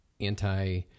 Anti